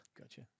Gotcha